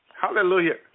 Hallelujah